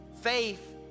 Faith